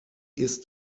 ist